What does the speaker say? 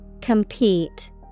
Compete